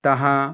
ତାହା